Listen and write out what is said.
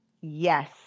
Yes